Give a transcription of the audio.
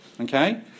Okay